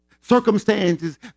circumstances